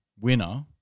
winner